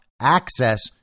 access